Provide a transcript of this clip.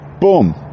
Boom